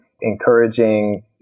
encouraging